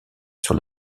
sur